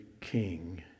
king